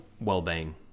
well-being